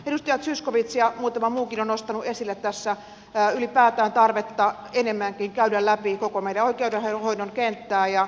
edustaja zyskowicz ja muutama muukin on nostanut esille tässä ylipäätään tarvetta enemmänkin käydä läpi koko meidän oikeudenhoidon kenttää